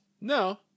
No